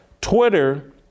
Twitter